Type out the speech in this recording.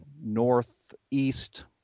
northeast